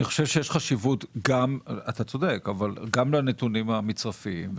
אבל אני חושב שיש חשיבות גם לנתונים המצרפיים,